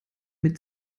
mit